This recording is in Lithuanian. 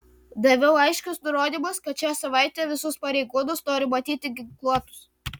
daviau aiškius nurodymus kad šią savaitę visus pareigūnus noriu matyti ginkluotus